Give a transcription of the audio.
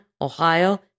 Ohio